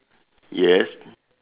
yes